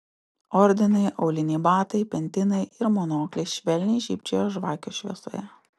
ordinai auliniai batai pentinai ir monokliai švelniai žybčiojo žvakių šviesoje